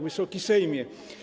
Wysoki Sejmie!